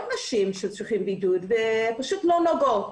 נשים שצריכות בידוד ופשוט לא נוגעות.